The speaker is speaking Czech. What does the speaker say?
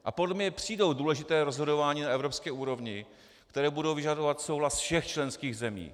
A podle mě přijdou důležitá rozhodování na evropské úrovni, která budou vyžadovat souhlas všech členských zemí.